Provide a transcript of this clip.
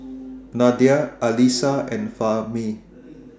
Nadia Alyssa and Fahmi